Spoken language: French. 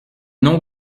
non